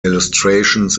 illustrations